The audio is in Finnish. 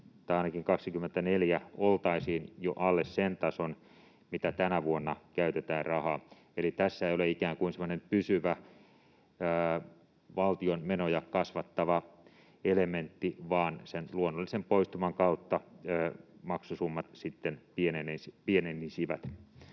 tai ainakin 2024 oltaisiin jo alle sen tason, mitä tänä vuonna käytetään rahaa? Eli tässä ei ole semmoinen pysyvä valtion menoja kasvattava elementti, vaan sen luonnollisen poistuman kautta maksusummat sitten pienenisivät.